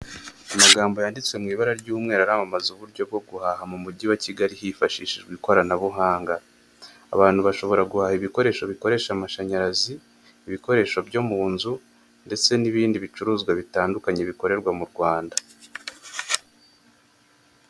Amagambo yanditswe mw'ibara ry'umweru aramamaza uburyo bwo guhaha mu mgi wa Kigali hifashishijwe ikoranabuhanga. Abantu bashobora guhaha ibikoresho bikoresha amashanyarazi, ibikoresho byo mu nzu, ndetse n'ibindi bicuruzwa bitandukanye bikorerwa mu Rwanda.